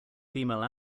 female